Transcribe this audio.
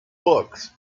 books